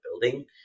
building